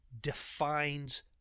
defines